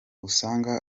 usanga